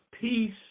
peace